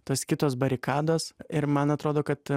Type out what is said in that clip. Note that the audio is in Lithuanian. tos kitos barikados ir man atrodo kad